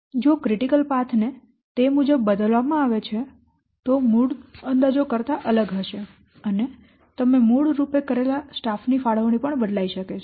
તેથી જો critical path ને તે મુજબ બદલવામાં આવે છે તો તે મૂળ અંદાજો કરતા અલગ હશે અને તમે મૂળરૂપે કરેલા સ્ટાફ ની ફાળવણી બદલાઈ શકે છે